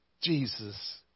Jesus